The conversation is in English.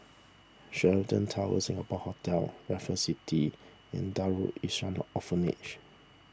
Sheraton Towers Singapore Hotel Raffles City and Darul Ihsan Orphanage